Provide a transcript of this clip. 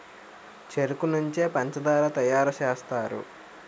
చెరుకు నుంచే పంచదార తయారు సేస్తారు